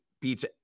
beats